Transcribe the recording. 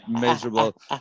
miserable